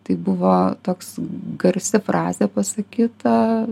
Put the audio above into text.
tai buvo toks garsi frazė pasakyta